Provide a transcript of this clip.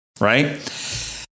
right